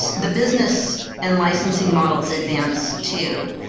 the business and licensing models advance too.